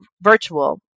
virtual